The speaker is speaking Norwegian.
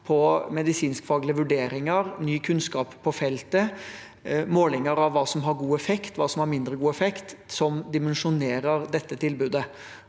på medisinskfaglige vurderinger – ny kunnskap på feltet, målinger av hva som har god effekt, og hva som har mindre god effekt – dimensjonerer dette tilbudet.